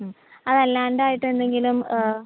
അത് അല്ലാണ്ടേ ആയിട്ട് എന്തെങ്കിലും